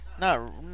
No